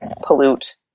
pollute